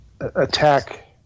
attack